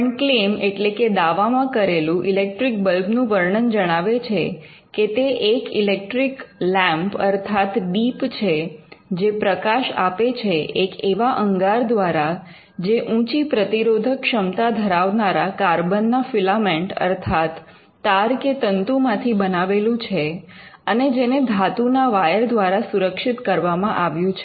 પણ ક્લેમ એટલે કે દાવામાં કરેલું ઇલેક્ટ્રિક બલ્બ નું વર્ણન જણાવે છે કે તે એક ઇલેક્ટ્રીક લેમ્પ અર્થાત દીપ છે જે પ્રકાશ આપે છે એક એવા અંગાર દ્વારા જે ઉંચી પ્રતિરોધક ક્ષમતા ધરાવનારા કાર્બનના ફિલામેન્ટ અર્થાત તાર કે તંતુ માંથી બનાવેલું છે અને જેને ધાતુના વાયર દ્વારા સુરક્ષિત કરવામાં આવ્યું છે